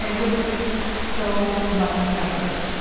and just took so much effort.